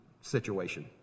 situation